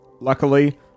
Luckily